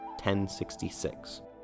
1066